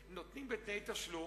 נותנים בתנאי תשלום.